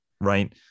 right